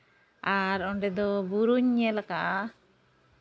ᱟᱨ ᱚᱸᱰᱮ ᱫᱚ ᱵᱩᱨᱩᱧ ᱧᱮᱞ ᱠᱟᱜᱼᱟ